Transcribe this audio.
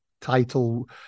title